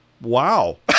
wow